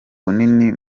bunini